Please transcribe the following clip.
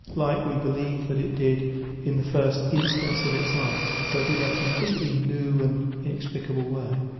like we believe that it did in the first instance of its life, but in a completely new and inexplicable way.